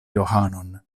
johanon